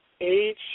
Age